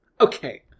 Okay